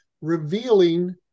revealing